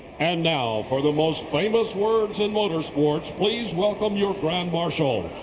and now for the most famous words in motorsports, please welcome your grand marshal.